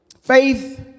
Faith